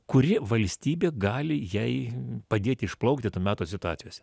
kuri valstybė gali jai padėti išplaukti to meto situacijose